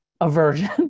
aversion